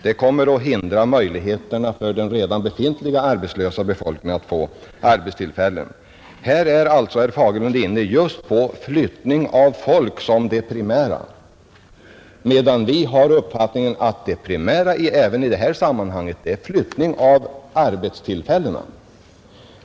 Det kommer nämligen att försämra möjligheterna för de arbetslösa där att få arbete. Här är alltså herr Fagerlund inne på just flyttning av människor som det primära, medan det primära för oss även i detta sammanhang är att flytta arbetstillfällena.